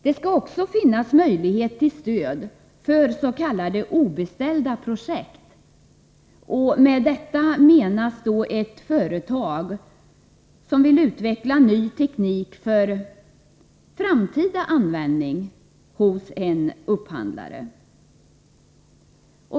Det skall också finnas möjlighet till stöd för s.k. obeställda projekt. Med detta menas att ett företag vill utveckla ny teknik för framtida användning hos en upphandlare.